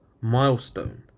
milestone